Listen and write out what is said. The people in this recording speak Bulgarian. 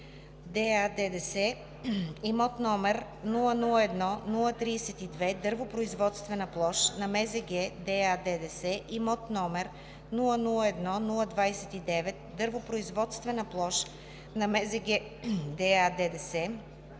ДА/ДДС, имот № 001032 дървопроизводствена площ на МЗГ – ДА/ДДС, имот № 001029 дървопроизводствена площ на МЗГ – ДА/ДДС,